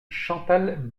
chantal